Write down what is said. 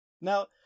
Now